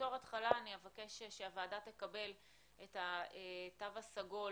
בתור התחלה, אני אבקש שהוועדה תקבל את התו הסגול